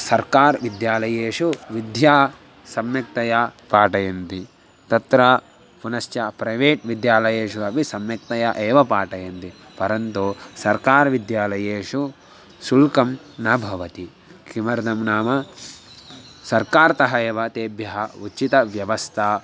सर्वकारविद्यालयेषु विद्यां सम्यक्तया पाठयन्ति तत्र पुनश्च प्रैवेट् विद्यालयेषु अपि सम्यक्तया एव पाठयन्ति परन्तु सर्वकारविद्यालयेषु शुल्कं न भवति किमर्थं नाम सर्वकारतः एव तेभ्यः उचितव्यवस्था